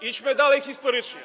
Idźmy dalej historycznie.